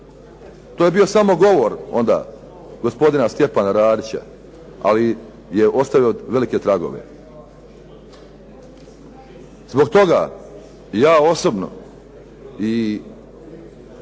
To je bio samo govor onda gospodina Stjepana Radića ali je ostavio velike tragove. Zbog toga ja osobno i